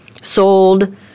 sold